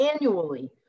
annually